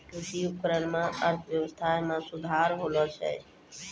कृषि उपकरण सें अर्थव्यवस्था में सुधार होलय